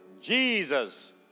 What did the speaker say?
Jesus